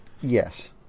Yes